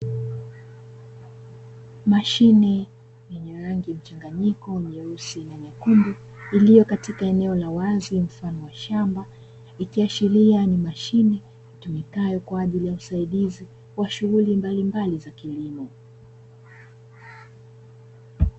Mashine yenye rangi mchanganyiko nyeusi na nyekundu, iliyo katika eneo la wazi mfano wa shamba, ikiashiria ni mashine itumikayo kwa ajili ya usaidizi wa shughuli mbalimbali za kilimo.